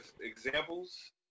examples